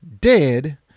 dead